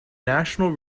national